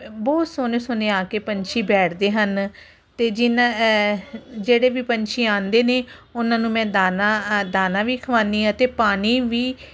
ਬਹੁਤ ਸੋਹਣੇ ਸੋਹਣੇ ਆ ਕੇ ਪੰਛੀ ਬੈਠਦੇ ਹਨ ਅਤੇ ਜਿਹਨਾਂ ਜਿਹੜੇ ਵੀ ਪੰਛੀ ਆਉਂਦੇ ਨੇ ਉਹਨਾਂ ਨੂੰ ਮੈਂ ਦਾਨਾ ਦਾਨਾ ਵੀ ਖਵਾਨੀ ਹਾਂ ਅਤੇ ਪਾਣੀ ਵੀ